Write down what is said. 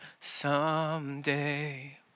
someday